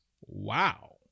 Wow